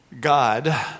God